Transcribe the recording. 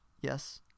yes